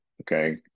Okay